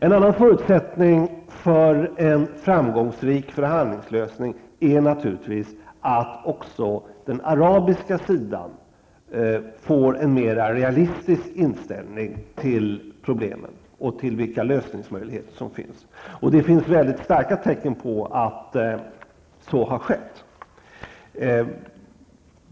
En annan förutsättning för en framgångsrik förhandlingslösning är att också den arabiska sidan får en mer realistisk inställning till problemen och till vilka lösningar som är möjliga. Det finns också mycket starka tecken på att så har skett.